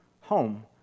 Home